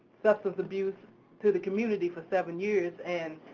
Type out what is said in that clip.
substance abuse to the community for seven years and